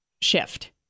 shift